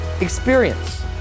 experience